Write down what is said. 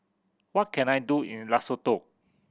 what can I do in Lesotho